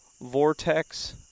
vortex